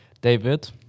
David